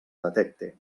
detecte